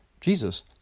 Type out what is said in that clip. Jesus